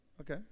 Okay